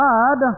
God